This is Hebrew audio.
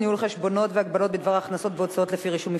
ניהול חשבונות והגבלות בדבר הכנסות והוצאות לפני רישום מפלגה),